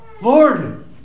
Lord